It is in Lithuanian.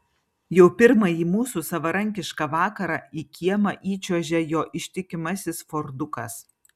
jau pirmąjį mūsų savarankišką vakarą į kiemą įčiuožia jo ištikimasis fordukas